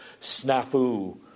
snafu